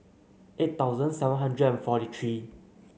eight thousand seven hundred forty three